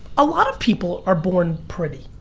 a lot of people are born pretty.